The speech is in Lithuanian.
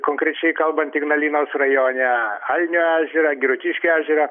konkrečiai kalbant ignalinos rajone alnio ežerą girutiškių ežerą